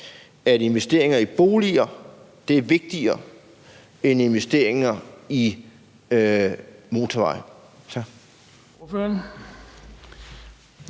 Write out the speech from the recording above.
at investeringer i boliger er vigtigere end investeringer i motorveje?